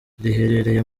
riherereye